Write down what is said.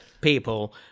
people